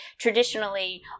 traditionally